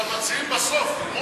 אבל מציעים בסוף.